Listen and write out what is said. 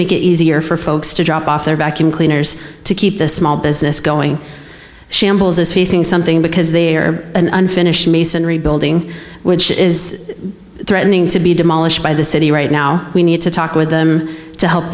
make it easier for folks to drop off their vacuum cleaners to keep the small business going shambles is facing something because they are an unfinished masonry building which is threatening to be demolished by the city right now we need to talk with them to help